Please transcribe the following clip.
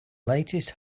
latest